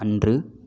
அன்று